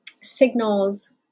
signals